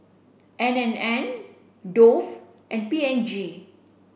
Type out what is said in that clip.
N and N Dove and P and G